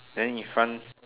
then in front